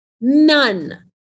none